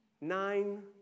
nine